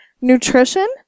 nutrition